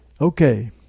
Okay